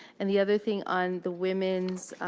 and the other thing on the women's.